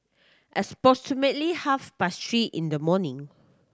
half past three in the morning